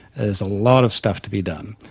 there's a lot of stuff to be done.